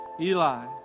Eli